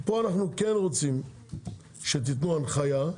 פה אנחנו כן רוצים שתתנו הנחיה.